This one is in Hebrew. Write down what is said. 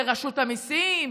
לרשות המיסים,